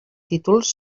títols